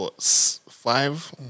five